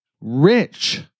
rich